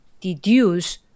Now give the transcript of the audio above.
deduce